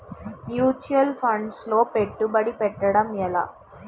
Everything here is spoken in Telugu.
ముచ్యువల్ ఫండ్స్ లో పెట్టుబడి పెట్టడం ఎలా?